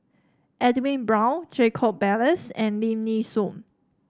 Edwin Brown Jacob Ballas and Lim Nee Soon